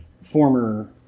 former